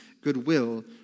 goodwill